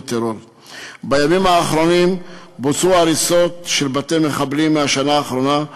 בימים האחרונים בוצעו הריסות של בתי מחבלים מהשנה האחרונה,